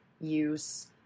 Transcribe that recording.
use